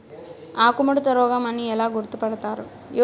ఆకుముడత రోగం అని ఎలా గుర్తుపడతారు?